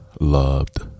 Loved